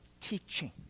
teaching